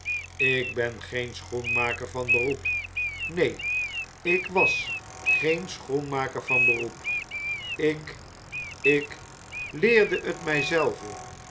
ik ben geen schoenmaker van beroep neen ik was geen schoenmaker van beroep ik ik leerde het